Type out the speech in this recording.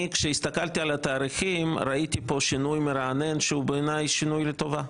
כשהסתכלתי על התאריכים ראיתי פה שינוי מרענן שהוא בעיניי שינוי לטובה.